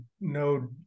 no